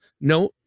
No